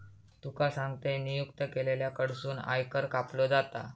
तुका सांगतंय, नियुक्त केलेल्या कडसून आयकर कापलो जाता